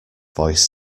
voice